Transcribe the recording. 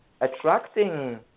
attracting